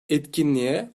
etkinliğe